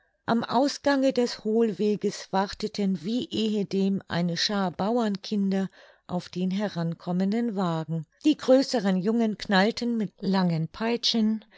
am ausgange des hohlweges warteten wie ehedem eine schaar bauerkinder auf den herankommenden wagen die größeren jungen knallten mit langen peitschen